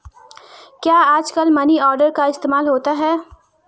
क्या आजकल money order का इस्तेमाल होता है?